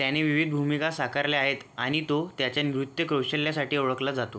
त्याने विविध भूमिका साकारल्या आहेत आणि तो त्याचे नृत्य कौशल्यासाठी ओळखला जातो